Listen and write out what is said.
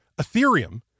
Ethereum